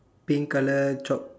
pink colour chop